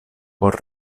por